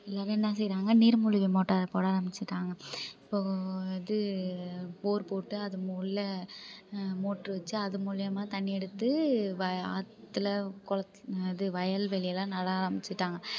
எல்லோரும் என்ன செய்றாங்க நீர் மூழ்கி மோட்டார் போட ஆரமிச்சிட்டாங்க இப்போ அது போர் போட்டு அது உள்ள மோட்ரு வச்சு அது மூலிமா தண்ணி எடுத்து வய ஆற்றில் குளத் அது வயல் வெளியெல்லாம் நட ஆரமிச்சிட்டாங்க